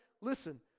listen